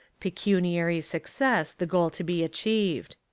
pecuniary success the goal to be achieved.